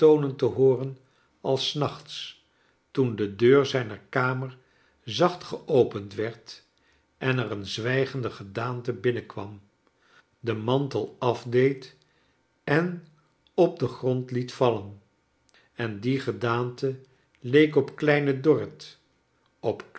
te hooren als s nachts toen de deur zijn er kamer zacht geopend werd en er een zwijgende ge daante binnenkwam den mantel afdeed en op den grond liet vallen en die gedaante leek op kleine dorrit op